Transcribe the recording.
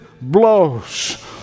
blows